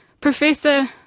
professor